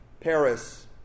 Paris